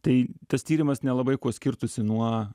tai tas tyrimas nelabai kuo skirtųsi nuo